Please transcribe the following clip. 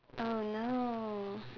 oh no